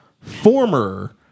former